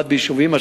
התושבים?